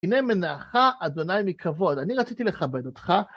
והנה מנעך אדוני מכבוד, אני רציתי לכבד אותך.